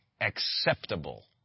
acceptable